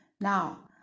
Now